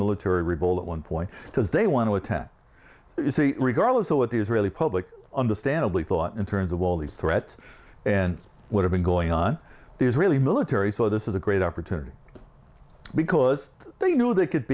military revolt at one point because they want to attack regardless of what the israeli public understandably thought in terms of all these threats and would have been going on the israeli military so this is a great opportunity because they knew they could